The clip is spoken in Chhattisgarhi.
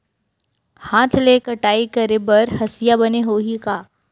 हाथ ले कटाई करे बर हसिया बने होही का?